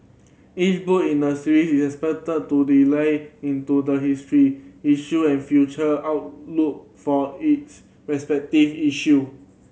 each book in the series is expected to delve into the history issue and future outlook for its respective issue